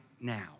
now